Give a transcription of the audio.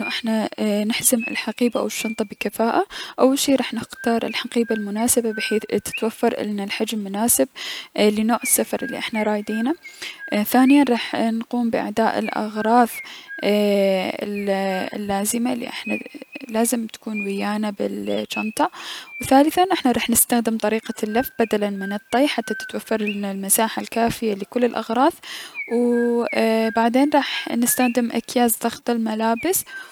انو احنا نحزم الحقيبة او الشنطة بكفاءة اول شي راح نختار الحقيبة المناسبة بحيث اي- تتوفر النا الحجم المناسب اي- لنوع السفر الي احنا رايدينه، اي- ثانيا راح نقوم بأعداء الأغراض ايي- اللازمة الي احنا لازم تكون ويانا بال جنتة و ثالثا احنا راح نستخدم طريقة اللف بدلا من الطي حتى تتوفر النا المساحة الكافية لكل الأغراض و بعدين راح نستخدم اكياس ضغط الملابس.